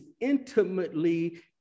intimately